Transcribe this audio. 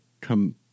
come